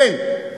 אין.